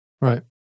Right